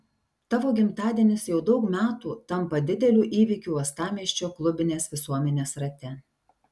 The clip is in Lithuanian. tavo gimtadienis jau daug metų tampa dideliu įvykiu uostamiesčio klubinės visuomenės rate